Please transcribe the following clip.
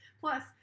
Plus